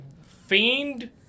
fiend